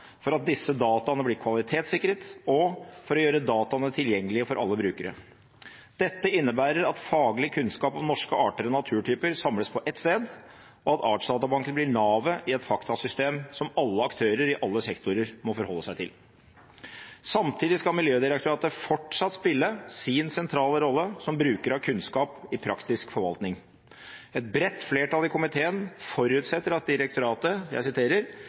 for at disse dataene blir kvalitetssikret og for å gjøre dataene tilgjengelig for alle brukere.» Dette innebærer at faglig kunnskap om norske arter og naturtyper samles på ett sted, og at Artsdatabanken blir navet i et faktasystem som alle aktører i alle sektorer må forholde seg til. Samtidig skal Miljødirektoratet fortsatt spille sin sentrale rolle som bruker av kunnskap i praktisk forvaltning. Et bredt flertall i komiteen forutsetter at direktoratet